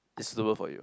is suitable for you